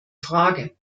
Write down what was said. frage